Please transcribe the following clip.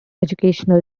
educational